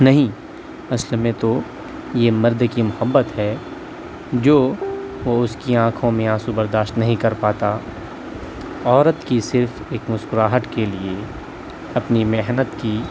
نہیں اصل میں تو یہ مرد کی محبت ہے جو وہ اس کی آنکھوں میں آنسوں برداشت نہیں کر پاتا عورت کی صرف ایک مسکراہٹ کے لیے اپنی محنت کی